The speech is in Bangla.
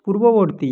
পূর্ববর্তী